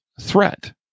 threat